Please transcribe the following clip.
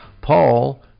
Paul